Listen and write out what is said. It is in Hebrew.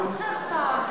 עוד בושה, עוד חרפה.